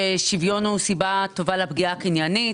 שוויון הוא סיבה טובה לפגיעה הקניינית.